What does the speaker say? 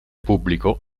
pubblico